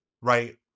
right